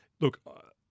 Look